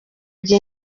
gihe